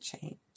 change